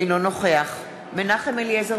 אינו נוכח מנחם אליעזר